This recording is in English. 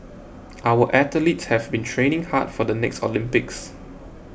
our athletes have been training hard for the next Olympics